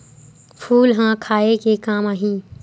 फूल ह खाये के काम आही?